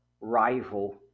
rival